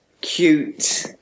cute